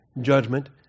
judgment